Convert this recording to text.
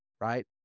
right